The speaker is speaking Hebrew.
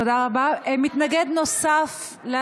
תודה רבה, גברתי.